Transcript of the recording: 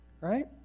right